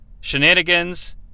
shenanigans